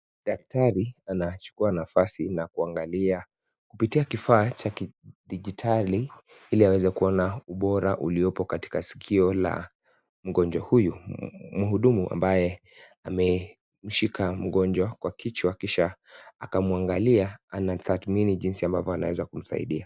Daktari anachukua nafasi na kuangalia kupitia kifaa cha kidijitali iliaweze kuona ubora ulioko katika sikio la mgonjwa huyu muhudumu ambaye ameshika mgonjwa kwa kichwa kisha akamwangalia anatadhimini jinsi ambavyo anaweza kumsaidia.